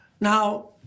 Now